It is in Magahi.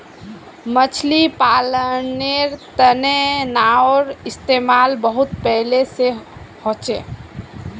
मछली पालानेर तने नाओर इस्तेमाल बहुत पहले से होचे